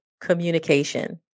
communication